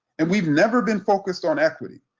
and we've never been focused on equity,